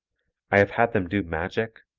i have had them do magic,